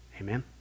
amen